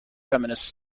feminists